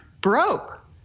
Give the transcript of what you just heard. broke